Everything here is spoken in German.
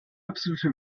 absolute